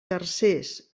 tercers